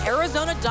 Arizona